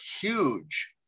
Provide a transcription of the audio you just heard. huge